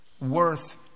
worth